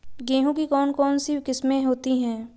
गेहूँ की कौन कौनसी किस्में होती है?